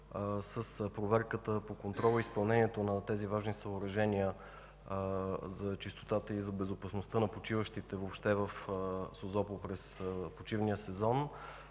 с проверката по контрола и изпълнението на тези важни съоръжения за чистотата и за безопасността на почиващите въобще в Созопол през почивния сезон.